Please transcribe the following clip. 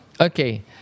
Okay